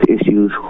issues